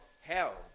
hell